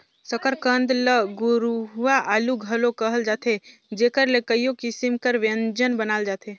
सकरकंद ल गुरूवां आलू घलो कहल जाथे जेकर ले कइयो किसिम कर ब्यंजन बनाल जाथे